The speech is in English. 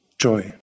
joy